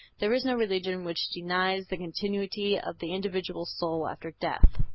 there is no religion which denies the continuity of the individual soul after death.